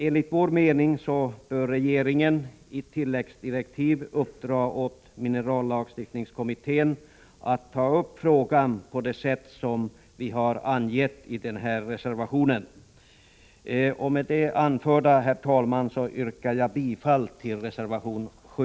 Enligt vår mening bör regeringen i tilläggsdirektiv uppdra åt minerallagstiftningskommittén att ta upp frågan på det sätt som vi har angett i reservationen. Med det anförda, herr talman, yrkar jag bifall till reservation 7.